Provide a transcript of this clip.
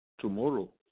tomorrow